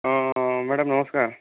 ହଁ ମ୍ୟାଡ଼ାମ ନମସ୍କାର